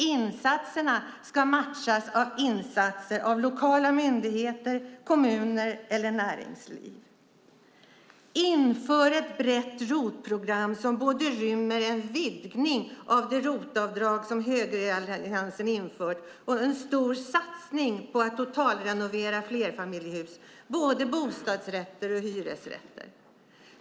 Insatserna ska matchas av insatser av lokala myndigheter, kommuner eller näringsliv. Ett brett ROT-program som både rymmer en vidgning av det ROT-avdrag som högeralliansen infört och en stor satsning på att renovera flerfamiljshus, både bostadsrätter och hyresrätter ska införas.